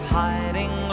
hiding